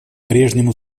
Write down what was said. прежнему